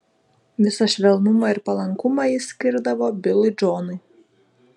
visą švelnumą ir palankumą jis skirdavo bilui džonui